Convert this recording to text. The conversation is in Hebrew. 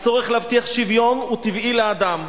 הצורך להבטיח שוויון הוא טבעי לאדם.